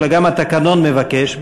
אלא גם התקנון מבקש,